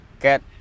get